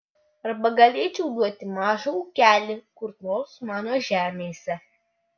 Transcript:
arba galėčiau duoti mažą ūkelį kur nors mano žemėse